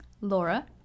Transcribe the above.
Laura